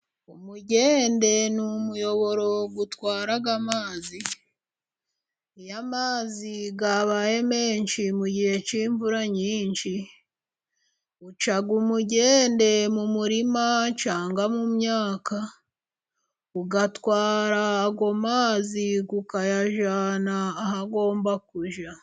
Umugende ni umuyoboro utwara amazi, iyo amazi yabaye menshi mu gihe cy'imvura nyinshi, uca umugende mu murima cyangwa mu myaka, ugatwara ayo mazi ukayajyana aho agomba kujya.